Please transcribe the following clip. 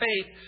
faith